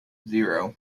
zero